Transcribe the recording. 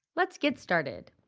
let's get started!